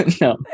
No